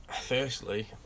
firstly